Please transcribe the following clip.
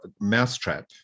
Mousetrap